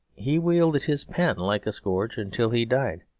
he wielded his pen like a scourge until he died.